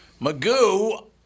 Magoo